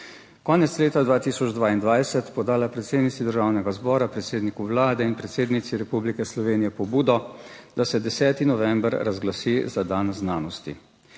konec leta 2022 podala predsednici Državnega zbora, predsedniku Vlade in predsednici Republike Slovenije pobudo, da se 10. november razglasi za dan znanosti.